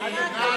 חבר הכנסת ארדן,